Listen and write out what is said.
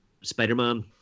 spider-man